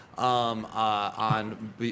on